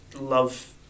love